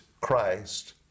Christ